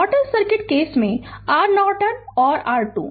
Norton circuit case में R Norton और R2